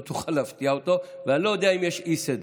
לא תוכל להפתיע אותו, ואני לא יודע אם יש אי-סדר.